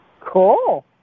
Cool